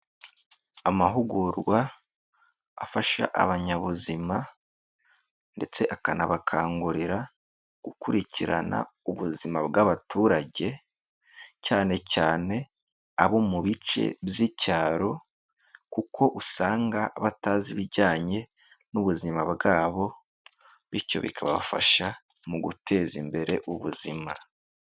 Amahugurwa afasha abanyabuzima ndetse akanabakangurira gukurikirana ubuzima bw'abaturage, cyane cyane abo mu bice by'icyaro kuko usanga batazi ibijyanye n'ubuzima bwabo, bityo bikabafasha mu guteza imbere ubuzima.